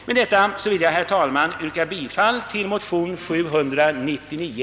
Med detta vill jag, herr talman, yrka bifall till motionen II: 799.